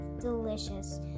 delicious